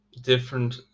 different